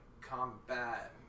combat